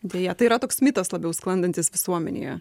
deja tai yra toks mitas labiau sklandantis visuomenėje